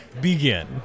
begin